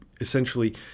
essentially